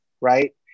right